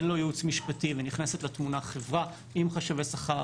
אין לו ייעוץ משפטי ונכנסת לתמונה חברה עם חשבי שכר,